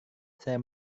saya